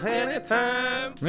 anytime